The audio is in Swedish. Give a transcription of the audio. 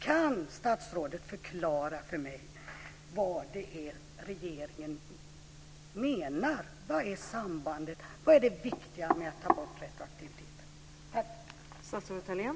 Kan statsrådet förklara för mig vad det är regeringen menar? Vad är sambandet? Vad är det viktiga med att ta bort retroaktiviteten?